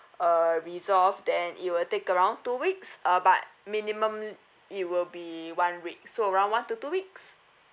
uh resolved then it will take around two weeks uh but minimum it will be one week so around one to two weeks